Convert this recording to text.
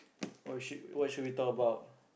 what we shit what should we talk about